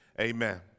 Amen